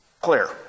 clear